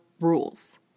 rules